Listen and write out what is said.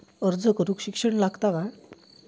अर्ज करूक शिक्षण लागता काय?